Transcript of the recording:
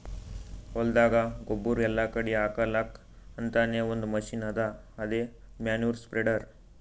ಹೊಲ್ದಾಗ ಗೊಬ್ಬುರ್ ಎಲ್ಲಾ ಕಡಿ ಹಾಕಲಕ್ಕ್ ಅಂತಾನೆ ಒಂದ್ ಮಷಿನ್ ಅದಾ ಅದೇ ಮ್ಯಾನ್ಯೂರ್ ಸ್ಪ್ರೆಡರ್